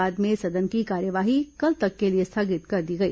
बाद में सदन की कार्यवाही कल तक के लिए स्थगित कर दी गई